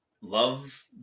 love